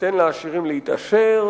ניתן לעשירים להתעשר,